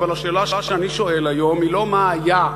אבל השאלה שאני שואל היום היא לא מה היה,